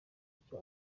icyo